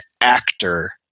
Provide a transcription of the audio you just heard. actor